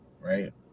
Right